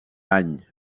any